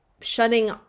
shutting